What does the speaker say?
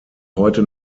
heute